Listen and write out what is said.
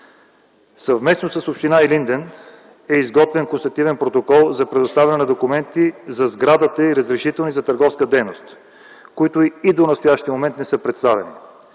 Съвместно с община Илинден е изготвен констативен протокол за предоставяне на документи за сградата и разрешителни за търговска дейност, които и до настоящия момент не са представени.